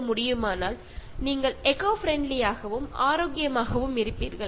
അതിലൂടെ നിങ്ങൾക്ക് പ്രകൃതി സൌഹാർദ്ദവും സൃഷ്ടിക്കാം ആരോഗ്യവും നന്നാക്കാം